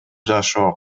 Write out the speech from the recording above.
жашоо